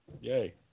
Yay